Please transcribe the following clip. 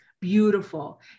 beautiful